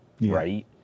right